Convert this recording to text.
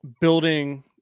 building